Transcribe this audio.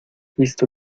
visto